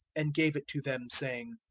and gave it to them saying,